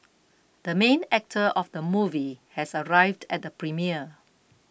the main actor of the movie has arrived at the premiere